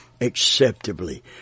acceptably